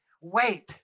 wait